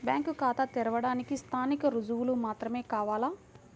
Bank ఖాతా తెరవడానికి స్థానిక రుజువులు మాత్రమే కావాలా?